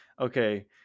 Okay